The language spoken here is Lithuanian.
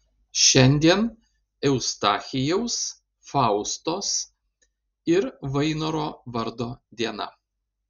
šiandien eustachijaus faustos ir vainoro vardo diena